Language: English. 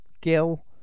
Gil